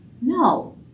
No